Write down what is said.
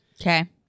Okay